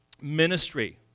ministry